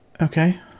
okay